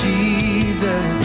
Jesus